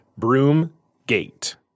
Broomgate